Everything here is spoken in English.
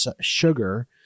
sugar